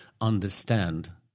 understand